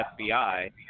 FBI